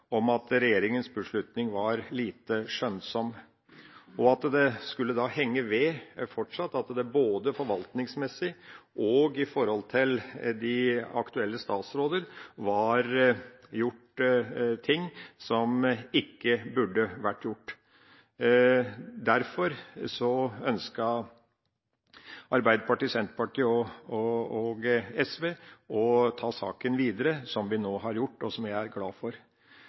om at regjeringas beslutning var lite skjønnsom, og at det fortsatt skulle henge ved at det både forvaltningsmessig og med tanke på de aktuelle statsråder var gjort ting som ikke burde vært gjort. Derfor ønsket Arbeiderpartiet, Senterpartiet og SV å ta saken videre, som vi nå har gjort, og som vi er glade for.